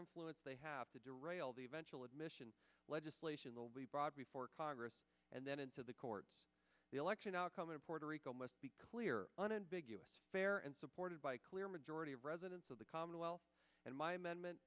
influence they have to derail the eventual admission legislation will be brought before congress and then into the courts the election outcome in puerto rico must be clear unambiguous fair and supported by clear majority of residents of the commonwealth and my amendment